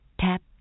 Tap